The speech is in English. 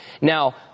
Now